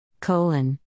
colon